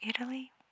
Italy